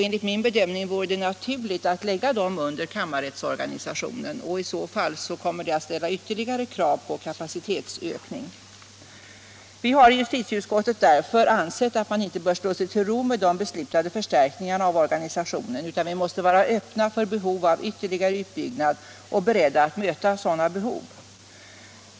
Enligt min bedömning vore det naturligt att lägga dem under kammarrättsorganisationen, ochi så fall kommer det att ställas ytterligare krav på kapacitetsökning. Vi har i justitieutskottet därför ansett att man inte bör slå sig till ro med de beslutade förstärkningarna av organisationen utan måste vara öppna för behov av ytterligare utbyggnad och beredda att möta sådana när de uppstår.